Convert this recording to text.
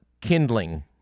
kindling